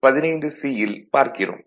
15சி ல் பார்க்கிறோம்